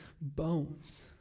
bones